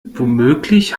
womöglich